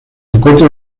encuentra